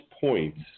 points